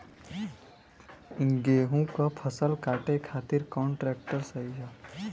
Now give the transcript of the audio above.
गेहूँक फसल कांटे खातिर कौन ट्रैक्टर सही ह?